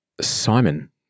Simon